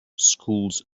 schools